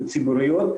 הציבוריות,